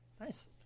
Nice